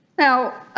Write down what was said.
now